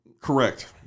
Correct